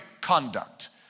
conduct